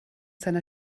seiner